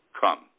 come